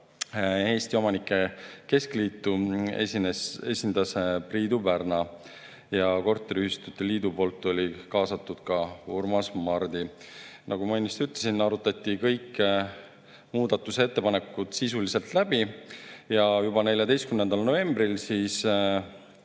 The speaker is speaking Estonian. Eesti Omanike Keskliitu esindas Priidu Pärna ja korteriühistute liidust oli kaasatud Urmas Mardi. Nagu ma ennist ütlesin, arutati kõik muudatusettepanekud sisuliselt läbi ja juba 14. novembril